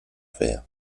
fer